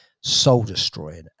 soul-destroying